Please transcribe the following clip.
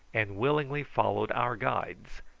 and willingly followed our guides,